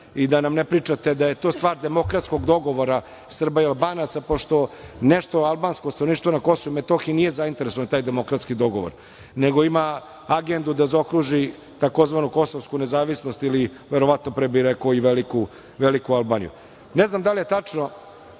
i da nam ne pričate da je to stvar demokratskog dogovora Srba i Albanaca, pošto albansko stanovništvo na Kosovu i Metohiji nije zainteresovano za taj demokratski dogovor, nego ima agendu da zaokruži tzv. kosovsku nezavisnost ili verovatno, rekao bih, veliku Albaniju. Ne znam da li je tačno,